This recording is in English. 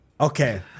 Okay